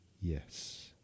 Yes